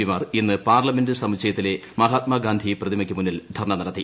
പിമാർ ഇന്ന് പാർലമെന്റ് സമുച്ചയത്തിലെ മഹാത്മാഗാന്ധി പ്രതിമയ്ക്ക് മുന്നിൽ ധർണ നടത്തി